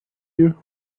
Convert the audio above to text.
you